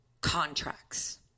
contracts